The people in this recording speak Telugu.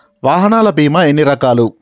వాహనాల బీమా ఎన్ని రకాలు?